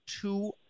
two